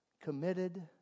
committed